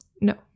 No